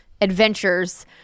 adventures